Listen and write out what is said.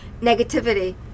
Negativity